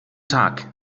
tag